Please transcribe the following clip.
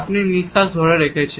আপনি নিঃশ্বাস ধরে রেখেছেন